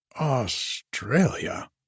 Australia